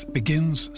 begins